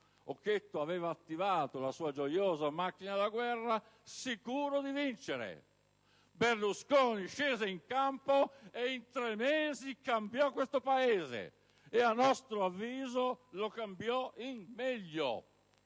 Occhetto aveva attivato la sua "gioiosa macchina da guerra" sicuro di vincere: Berlusconi è sceso in campo e in tre mesi ha cambiato questo Paese, e - a nostro avviso - lo ha cambiato in meglio!